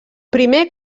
primer